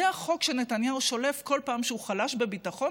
זה החוק שנתניהו שולף בכל פעם שהוא חלש בביטחון